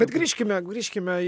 bet grįžkime grįžkime į